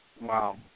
Wow